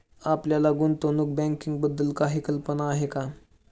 आपल्याला गुंतवणूक बँकिंगबद्दल काही कल्पना आहे का?